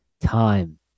time